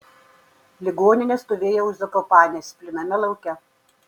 ligoninė stovėjo už zakopanės plyname lauke